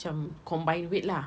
cam combine weight lah